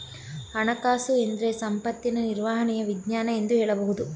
ಹಣಕಾಸುಎಂದ್ರೆ ಸಂಪತ್ತಿನ ನಿರ್ವಹಣೆಯ ವಿಜ್ಞಾನ ಎಂದು ಹೇಳಬಹುದು